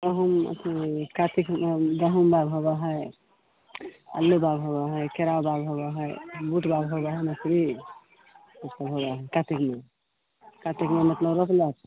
गहूँम हूँ कातिकमे गहूँम बाग होबै है अल्लू बाग होबै है केराउ बाग होबै है बूट बाग होबै है मसुरी ईसब होबै है कातिकमे कातिकमे मतलब रोपलक